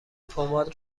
پماد